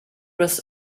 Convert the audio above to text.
was